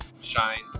shines